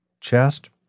chest